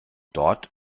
dort